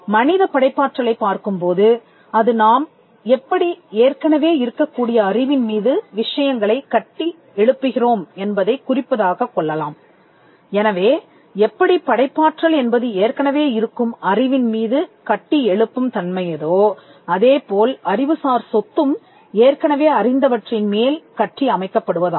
மனிதப் படைப்பாற்றலைப் பார்க்கும்போது அது நாம் எப்படி ஏற்கனவே இருக்கக்கூடிய அறிவின் மீது விஷயங்களை கட்டி எழுப்புகிறோம் என்பதைக் குறிப்பதாகக் கொள்ளலாம் எனவே எப்படி படைப்பாற்றல் என்பது ஏற்கனவே இருக்கும் அறிவின் மீது கட்டி எழுப்பும் தன்மையதோ அதேபோல் அறிவுசார் சொத்தும் ஏற்கனவே அறிந்தவற்றின் மேல் கட்டியமைக்கப்படுவதாகும்